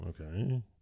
Okay